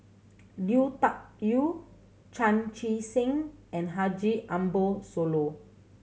Lui Tuck Yew Chan Chee Seng and Haji Ambo Sooloh